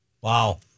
Wow